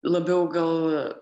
labiau gal